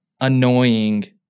annoying